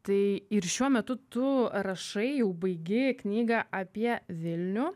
tai ir šiuo metu tu rašai jau baigi knygą apie vilnių